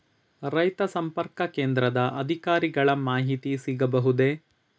ರೈತ ಸಂಪರ್ಕ ಕೇಂದ್ರದ ಅಧಿಕಾರಿಗಳ ಮಾಹಿತಿ ಸಿಗಬಹುದೇ?